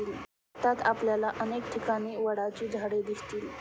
भारतात आपल्याला अनेक ठिकाणी वडाची झाडं दिसतील